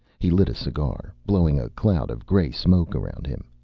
he lit a cigar, blowing a cloud of gray smoke around him.